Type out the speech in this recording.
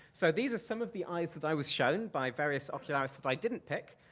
so these are some of the eyes that i was shown by various ocularists that i didn't pick,